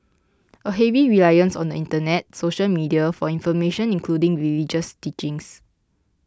a heavy reliance on the internet social media for information including religious teachings